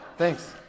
Thanks